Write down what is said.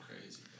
crazy